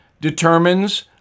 determines